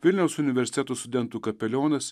vilniaus universiteto studentų kapelionas